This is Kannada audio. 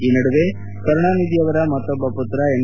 ಈ ನಡುವೆ ಕರುಣಾನಿಧಿ ಅವರ ಮತ್ತೊಬ್ಬ ಪುತ್ರ ಎಂ